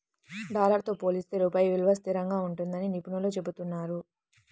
dollar తో పోలిస్తే రూపాయి విలువ స్థిరంగా ఉంటుందని నిపుణులు చెబుతున్నారు